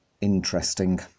Interesting